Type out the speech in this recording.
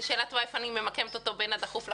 זו שאלה טובה איפה אני ממקמת אותו בין הדחוף לחשוב.